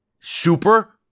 super